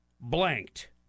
blanked